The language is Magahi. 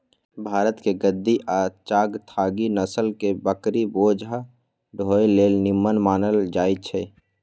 भारतके गद्दी आ चांगथागी नसल के बकरि बोझा ढोय लेल निम्मन मानल जाईछइ